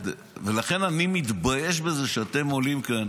ולכן אני מתבייש בזה שאתם עולים כאן